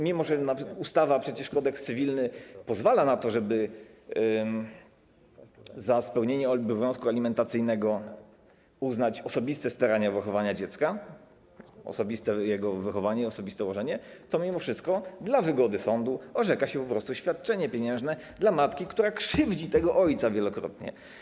Mimo że ustawa - Kodeks cywilny pozwala na to, żeby za spełnienie obowiązku alimentacyjnego uznać osobiste starania dotyczące wychowania dziecka, osobiste jego wychowanie, osobiste łożenie, to dla wygody sądu orzeka się po prostu świadczenie pieniężne dla matki, która krzywdzi tego ojca wielokrotnie.